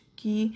que